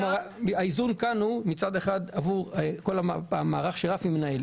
האיזון כאן הוא עבור המערך שרפי מנהל.